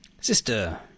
Sister